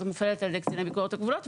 מופעלת על ידי קציני ביקורת הגבולות,